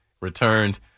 Returned